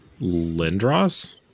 Lindros